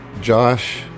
Josh